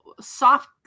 soft